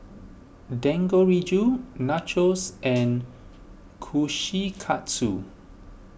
Dangoriju Nachos and Kushikatsu